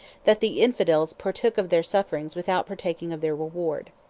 that the infidels partook of their sufferings without partaking of their reward.